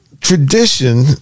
tradition